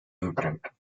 imprint